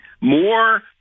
more